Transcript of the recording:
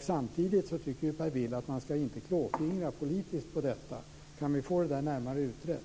Samtidigt tycker Per Bill att man inte ska klåfingra politiskt på detta. Kan vi få det närmare utrett?